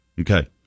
Okay